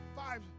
five